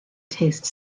taste